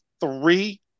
three